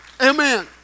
Amen